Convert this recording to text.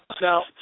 Now